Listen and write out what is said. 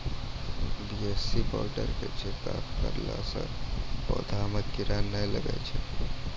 BAC powder के छिड़काव करला से पौधा मे कीड़ा नैय लागै छै?